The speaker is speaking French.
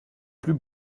plus